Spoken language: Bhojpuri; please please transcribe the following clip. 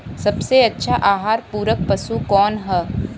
सबसे अच्छा आहार पूरक पशु कौन ह?